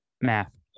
Math